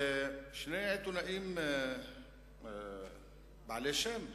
שני עיתונאים בעלי שם,